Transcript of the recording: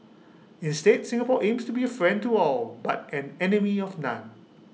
instead Singapore aims to be A friend to all but an enemy of none